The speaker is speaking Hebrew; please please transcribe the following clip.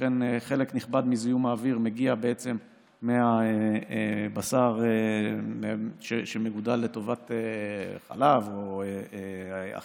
שכן חלק נכבד מזיהום האוויר מגיע בעצם מהבשר שמגודל לטובת חלב או אכילה,